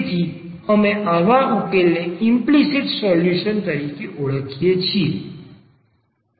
તેથી અમે આવા ઉકેલને ઇમ્પલીસીટ સોલ્યુશન તરીકે ઓળખીએ છીએ